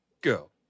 go